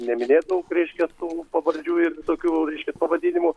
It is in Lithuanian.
neminėt daug reiškia tų pavardžių ir visokių reiškia pavadinimų